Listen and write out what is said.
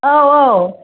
औ औ